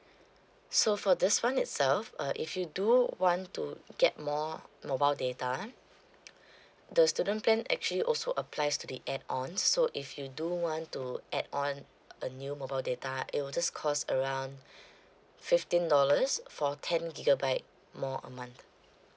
so for this one itself uh if you do want to get more mobile data the student plan actually also applies to the add-ons so if you do want to add on a new mobile data it will just cost around fifteen dollars for ten gigabyte more a month